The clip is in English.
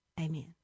Amen